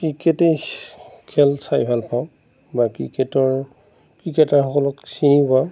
ক্ৰিকেটেই খেল চাই ভালপাওঁ বা ক্ৰিকেটৰ ক্ৰিকেটাৰ সকলক চিনি পাওঁ